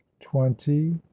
twenty